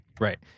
Right